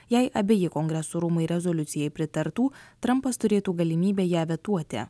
jei abeji kongreso rūmai rezoliucijai pritartų trumpas turėtų galimybę ją vetuoti